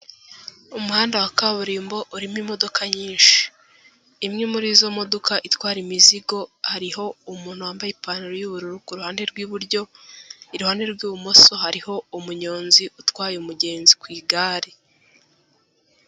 Umuhanda wa kaburimbo urimo imodoka nyinshi, imwe muri izo modoka itwara imizigo hariho umuntu wambaye ipantaro y'ubururu ku ruhande rw'iburyo, iruhande rw'ibumoso hariho umunyonzi utwaye umugenzi ku igare.